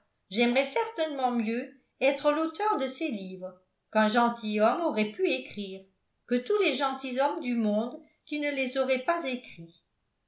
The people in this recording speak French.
j'aimerais certainement mieux être l'auteur de ces livres quun gentilhomme aurait pu écrire que tous les gentilshommes du monde qui ne les auraient pas écrits